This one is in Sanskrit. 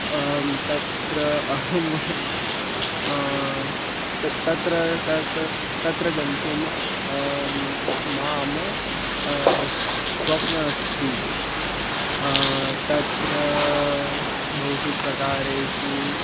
आं तत्र अहं तत् तत्र तत् तत्र गन्तुं माम् स्वप्नः अस्ति तत्र बहुषु प्रकारेषु